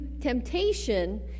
temptation